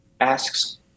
asks